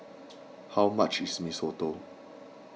how much is Mee Soto